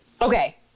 Okay